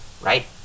right